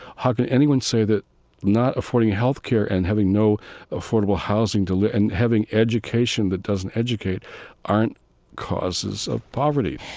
how can anyone say that not affording health care and having no affordable housing to and having education that doesn't educate aren't causes of poverty?